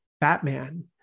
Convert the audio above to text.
Batman